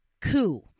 coup